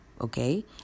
Okay